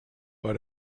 bei